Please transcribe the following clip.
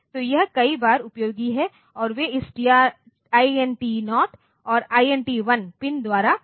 तो यह कई बार उपयोगी है और वे इस INT 0 और INT 1 पिन द्वारा किया जाता है